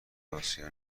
آسیا